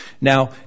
Now